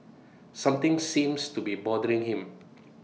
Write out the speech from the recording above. something seems to be bothering him